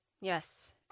Yes